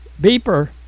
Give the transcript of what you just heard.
beeper